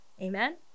Amen